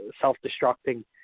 self-destructing